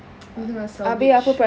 dia tengah salvage